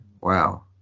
Wow